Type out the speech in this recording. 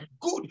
good